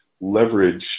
leverage